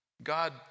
god